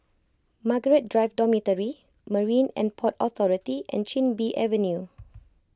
Margaret Drive Dormitory Marine and Port Authority and Chin Bee Avenue